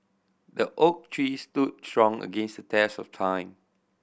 the oak tree stood strong against the test of time